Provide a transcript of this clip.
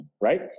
right